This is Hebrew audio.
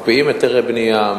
מקפיאים היתרי בנייה,